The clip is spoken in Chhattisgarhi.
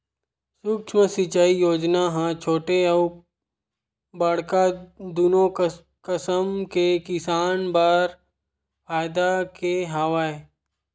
सुक्ष्म सिंचई योजना ह छोटे अउ बड़का दुनो कसम के किसान बर फायदा के हवय